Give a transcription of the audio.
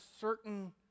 certain